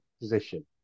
position